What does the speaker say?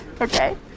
Okay